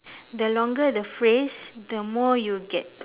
the longer the phrase the more you get